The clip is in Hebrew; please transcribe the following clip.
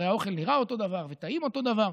הרי האוכל נראה אותו דבר וטעים אותו דבר,